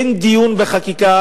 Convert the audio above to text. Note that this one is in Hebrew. אין דיון בחקיקה